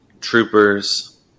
Troopers